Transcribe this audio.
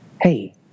hey